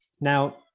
Now